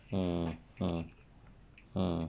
mm mm mm